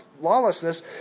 lawlessness